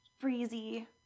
breezy